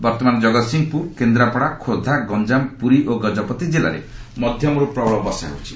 ବର୍ତ୍ତମାନ କଗତ୍ସିଂହପୁର କେନ୍ଦ୍ରାପଡ଼ା ଖୋର୍ଦ୍ଧା ଗଞ୍ଜାମ ପୁରୀ ଓ ଗଜପତି ଜିଲ୍ଲାରେ ମଧ୍ୟମରୁ ପ୍ରବଳ ବର୍ଷା ହେଉଛି